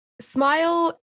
smile